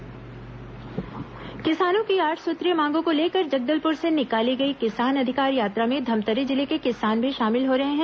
किसान अधिकार यात्रा किसानों की आठ सूत्रीय मांगों को लेकर जगदलपुर से निकाली गई किसान अधिकार यात्रा में धमतरी जिले के किसान भी शामिल हो रहे हैं